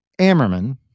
Ammerman